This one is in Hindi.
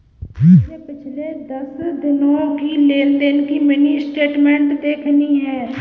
मुझे पिछले दस दिनों की लेन देन की मिनी स्टेटमेंट देखनी है